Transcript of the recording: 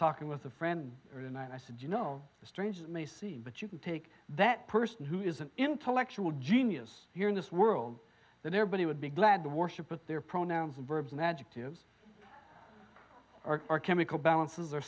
talking with a friend and i said you know the strangest may seem but you can take that person who is an intellectual genius here in this world that everybody would be glad to worship with their pronouns and verbs and adjectives or are chemical balances or